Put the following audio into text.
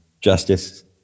justice